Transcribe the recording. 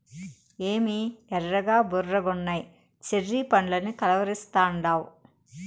ఏమి ఎర్రగా బుర్రగున్నయ్యి చెర్రీ పండ్లని కలవరిస్తాండావు